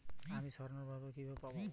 আমি স্বর্ণঋণ কিভাবে পাবো?